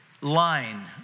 line